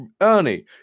Ernie